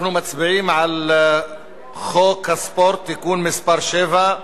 אנחנו מצביעים על חוק הספורט (תיקון מס' 7)